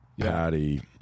Patty